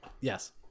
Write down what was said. Yes